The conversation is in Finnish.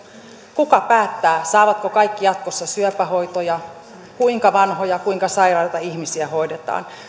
kuka päättää saavatko kaikki jatkossa syöpähoitoja kuinka vanhoja kuinka sairaita ihmisiä hoidetaan